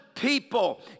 People